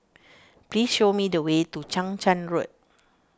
please show me the way to Chang Charn Road